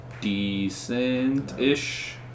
decent-ish